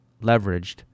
leveraged